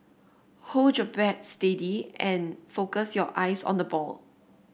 hold your bat steady and focus your eyes on the ball